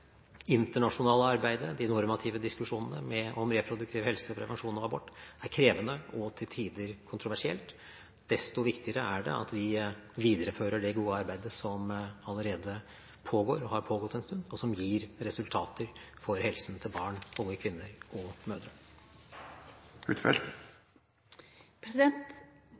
internasjonale arbeidet, de normative diskusjonene om reproduktiv helse, prevensjon og abort er krevende og til tider kontroversielt. Desto viktigere er det at vi viderefører det gode arbeidet som allerede pågår – og har pågått en stund – og som gir resultater for helsen til barn, unge kvinner og